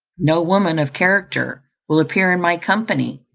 no woman of character will appear in my company,